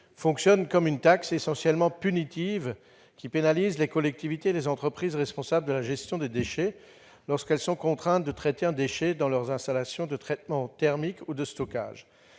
fonctionne comme une taxe essentiellement punitive, qui pénalise les collectivités et les entreprises responsables de la gestion des déchets lorsqu'elles sont contraintes de traiter des déchets dans leurs installations de traitement thermique ou de stockage.